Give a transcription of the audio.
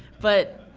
but,